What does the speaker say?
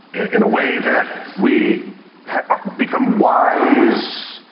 in a way that we become wise,